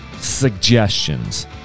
suggestions